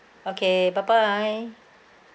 okay bye bye